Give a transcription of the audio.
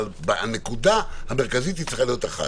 אבל הנקודה המרכזית צריכה להיות אחת: